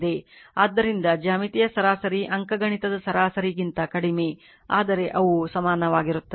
ಆದ್ದರಿಂದ ಜ್ಯಾಮಿತೀಯ ಸರಾಸರಿ ಅಂಕಗಣಿತದ ಸರಾಸರಿಗಿಂತ ಕಡಿಮೆ ಆದರೆ ಅವು ಸಮಾನವಾಗಿರುತ್ತದೆ